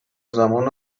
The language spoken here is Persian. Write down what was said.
زمان